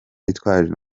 yitwaje